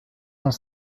cent